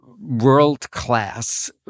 world-class